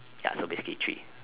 ya so basically three